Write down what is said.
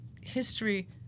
history